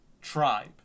tribe